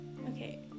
Okay